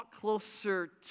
closer